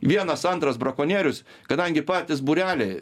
vienas antras brakonierius kadangi patys būreliai